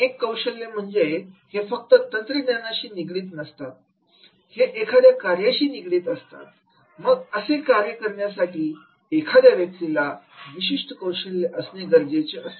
एक कौशल्य म्हणजे हे फक्त तंत्रज्ञानाशी निगडित नसतात हे एखाद्या कार्याशी निगडित असतात मग असे कार्य करण्यासाठी एखाद्या व्यक्तीला विशिष्ट कौशल्य असणे गरजेचे असते